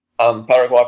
Paraguay